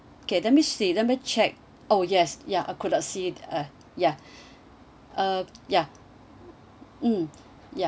okay let me see let me check oh yes ya could not see uh ya uh ya mm ya